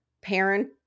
parent